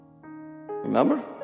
remember